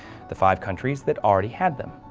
the five countries that already had them.